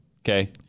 Okay